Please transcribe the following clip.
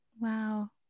Wow